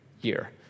year